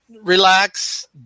relax